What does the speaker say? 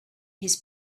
his